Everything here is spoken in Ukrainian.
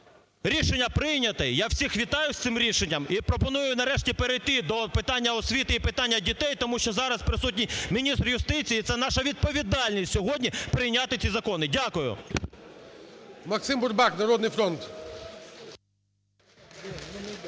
рішення прийнято, я всіх вітаю із цим рішенням і пропоную нарешті перейти до питання освіти і питання дітей, тому що зараз присутній міністр юстиції, це наша відповідальність сьогодні – прийняти ці закони. Дякую.